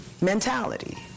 mentality